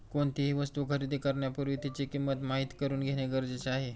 कोणतीही वस्तू खरेदी करण्यापूर्वी तिची किंमत माहित करून घेणे गरजेचे आहे